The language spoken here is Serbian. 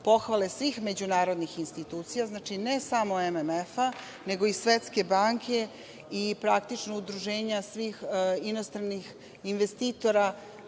pohvale svih međunarodnih institucija, znači ne samo MMF-a, nego i svetske banke, i praktično udruženje svih inostranih investitora